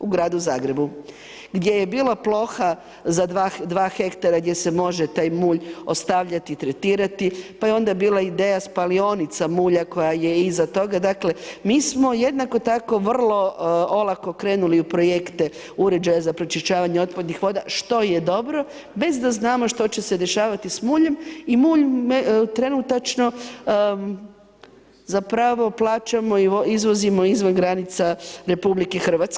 U gradu Zagrebu, gdje je bilo ploha za 2 ha gdje se može taj mulj ostavljati, tretirati, pa je onda bila ideja spalionica mulja koja je iza toga, dakle mi smo jednako tako vrlo olako krenuli u projekte uređaja za pročišćavanje otpadnih voda što je dobro bez da znamo što se dešavati s muljem i mulj trenutačno zapravo plaćamo i izvozimo izvan granice RH.